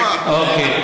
נציג מפא"י ההיסטורית,